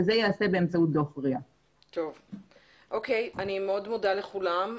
וזה ייעשה באמצעות דוח RIA. אני מאוד מודה לכולם.